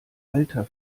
alter